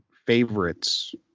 favorites